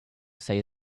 say